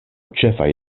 ĉefaj